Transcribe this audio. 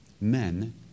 men